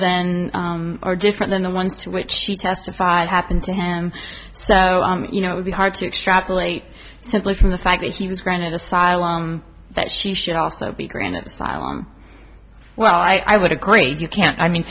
then are different than the ones to which she testified happened to him so you know would be hard to extrapolate simply from the fact that he was granted asylum that she should also be granted asylum well i would agree you can't i mean